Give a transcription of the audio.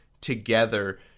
together